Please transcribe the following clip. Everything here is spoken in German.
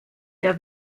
der